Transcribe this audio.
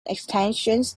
extensions